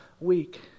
week